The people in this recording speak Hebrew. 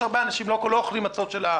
יש הרבה אנשים שלא קונים בחנות.